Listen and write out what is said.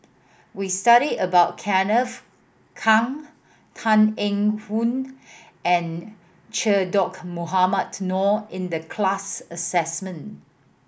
we studied about Kenneth Keng Tan Eng Hoon and Che Dah Mohamed Noor in the class assignment